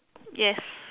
yes